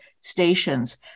stations